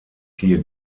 hier